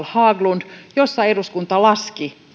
haglund jossa eduskunta laski